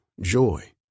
joy